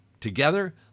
Together